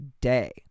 day